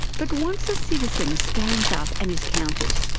but once citizen stands up and is counted,